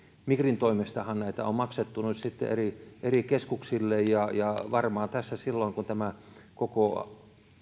migrin toimestahan näitä on maksettu nyt sitten eri eri keskuksille ja ja varmaan tässä silloin kun tämä koko